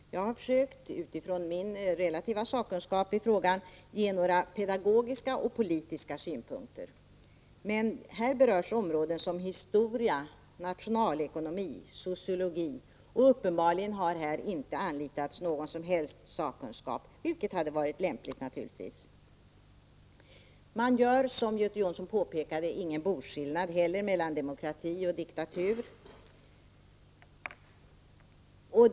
Jag har utifrån min relativa sakkunskap försökt ge några pedagogiska och politiska synpunkter. Här berörs områden som historia, nationalekonomi och sociologi. Uppenbarligen har man inte anlitat någon som helst sakkunskap, vilket naturligtvis hade varit lämpligt. Man gör, som Göte Jonsson påpekade, ingen boskillnad mellan demokrati och diktatur.